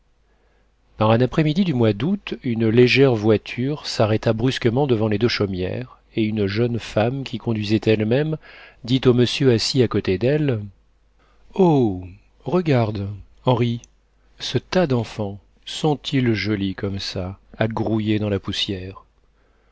par un après-midi du mois d'août une légère voiture s'arrêta brusquement devant les deux chaumières et une jeune femme qui conduisait elle-même dit au monsieur assis à côté d'elle oh regarde henri ce tas d'enfants sont-ils jolis comme ça à grouiller dans la poussière